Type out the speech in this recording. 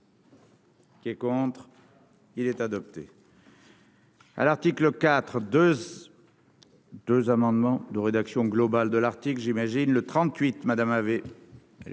Qui est contre, il est adopté. à l'article 4 2 2 amendements de rédaction globale de l'Arctique, j'imagine le 38 Madame avait.